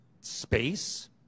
space